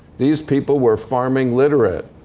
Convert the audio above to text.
these people were farming literate.